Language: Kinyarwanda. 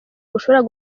bushobora